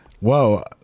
whoa